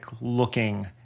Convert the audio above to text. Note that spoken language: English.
looking